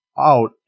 out